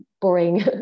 boring